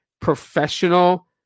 professional